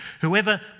whoever